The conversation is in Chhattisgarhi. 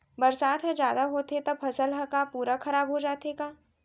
बरसात ह जादा होथे त फसल ह का पूरा खराब हो जाथे का?